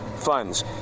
funds